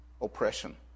oppression